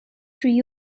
through